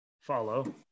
follow